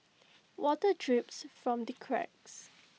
water drips from the cracks